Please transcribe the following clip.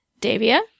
davia